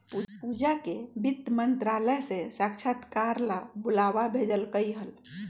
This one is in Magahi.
पूजा के वित्त मंत्रालय से साक्षात्कार ला बुलावा भेजल कई हल